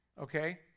Okay